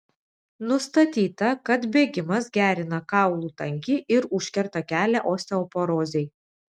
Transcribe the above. nustatyta kad bėgimas gerina kaulų tankį ir užkerta kelią osteoporozei